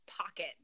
pocket